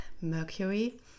mercury